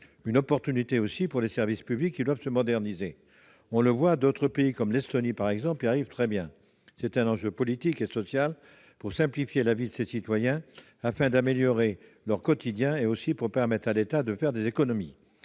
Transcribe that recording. une opportunité pour les services publics, qui doivent se moderniser. Certains pays, comme l'Estonie, y parviennent très bien. C'est un enjeu politique et social pour simplifier la vie des citoyens et améliorer leur quotidien, comme pour permettre à l'État de faire des économies.